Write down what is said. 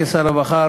כשר הרווחה,